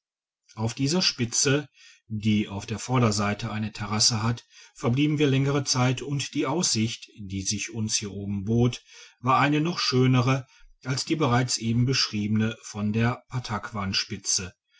auf dieser spitze die auf der vorderseite eine terasse hat verblieben wir längere zeit und die aussicht die sich uns hier oben bot war eine noch schönere als die bereits eben beschriebene von der